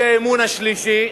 האי-אמון השלישי,